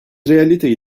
realiteyi